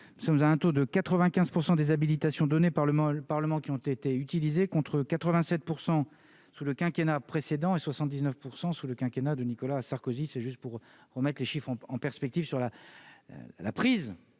ça vous a un taux de 95 % des habilitations données par le mot, le Parlement, qui ont été utilisées contre 87 % sous le quinquennat précédent et 79 % sous le quinquennat de Nicolas Sarkozy, c'est juste pour remettent les chiffons en perspective sur la la prise